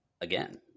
again